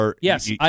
yes